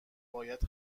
باید